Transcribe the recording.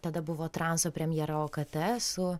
tada buvo transo premjera o kate su